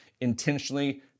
intentionally